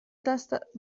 دست